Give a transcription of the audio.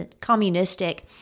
communistic